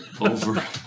Over